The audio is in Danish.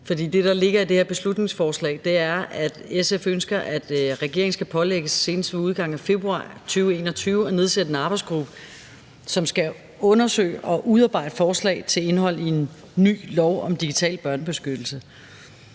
For det, der ligger i det her beslutningsforslag, er, at SF ønsker, at regeringen skal pålægges senest ved udgangen af februar 2021 at nedsætte en arbejdsgruppe, som skal undersøge og udarbejde forslag til indhold i en ny lov om digital børnebeskyttelse.